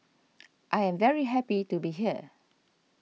I am very happy to be here